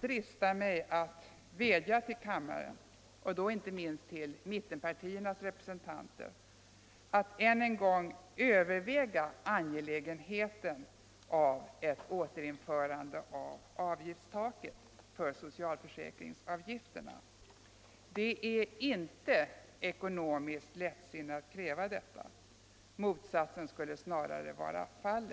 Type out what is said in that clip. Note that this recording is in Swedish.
dristar mig att vädja till kammaren — och då inte minst till mittenpartiernas representanter — att än en gång överväga angelägenheten av ett återinförande av avgiftstaket för socialförsäkringsavgifterna. Det är inte ekonomiskt lättsinnigt att kräva detta, motsatsen skulle snarare vara fallet.